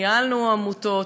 ניהלנו עמותות,